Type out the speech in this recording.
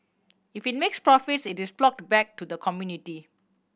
if it makes profits it is ploughed back to the community